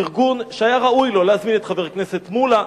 ארגון שהיה ראוי לו להזמין את חבר הכנסת מולה,